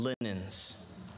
linens